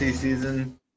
Season